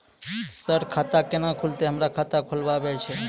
Sir खाता केना खुलतै, हमरा खाता खोलवाना छै?